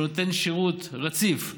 שנותן שירות רציף לניצולים,